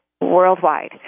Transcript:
worldwide